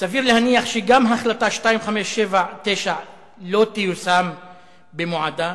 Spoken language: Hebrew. סביר להניח שגם החלטה 2579 לא תיושם במועדה,